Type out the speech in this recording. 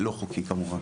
לא חוקי כמובן.